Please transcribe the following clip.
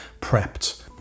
prepped